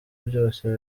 byose